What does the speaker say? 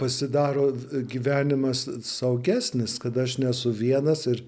pasidaro gyvenimas saugesnis kad aš nesu vienas ir